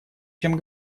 чем